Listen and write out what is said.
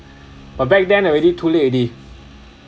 but back then already too late already